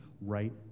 right